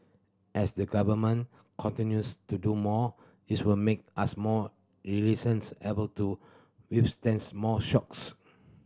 as the Government continues to do more this will make us more resilient able to withstand more shocks